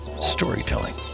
storytelling